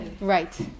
Right